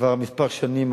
כבר כמה שנים,